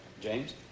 James